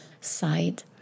side